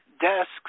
desks